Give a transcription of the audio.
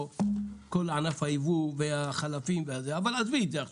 כל ענף הייבוא והחלפים אבל עזבי את זה עכשיו,